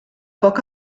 poc